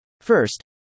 First